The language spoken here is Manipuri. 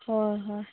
ꯍꯣꯏ ꯍꯣꯏ